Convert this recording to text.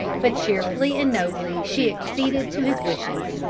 but cheerfully and nobly she acceded to his wishes,